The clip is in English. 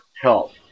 health